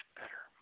better